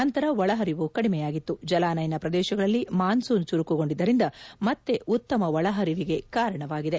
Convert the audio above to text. ನಂತರ ಒಳಹರಿವು ಕಡಿಮೆಯಾಗಿತ್ತು ಜಲಾನಯನ ಪ್ರದೇಶಗಳಲ್ಲಿ ಮಾನ್ಪೂನ್ ಚುರುಕುಗೊಂಡಿದ್ದರಿಂದ ಮತ್ತೆ ಉತ್ತಮ ಒಳಹರಿವಿಗೆ ಕಾರಣವಾಗಿದೆ